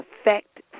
affect